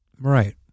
Right